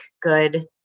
good